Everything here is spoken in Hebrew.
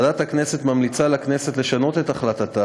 ועדת הכנסת ממליצה לכנסת לשנות את החלטתה